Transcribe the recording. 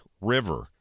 river